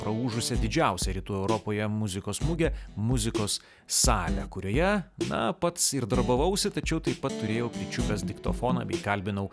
praūžusią didžiausią rytų europoje muzikos mugę muzikos salę kurioje na pats ir darbavausi tačiau taip pat turėjau pričiupęs diktofoną bei kalbinau